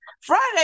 Friday